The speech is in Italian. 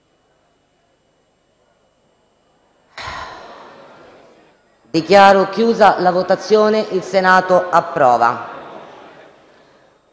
Dichiaro chiusa la votazione. **Il Senato approva**.